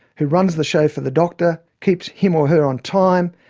who runs the show for the doctor, keeps him or her on time,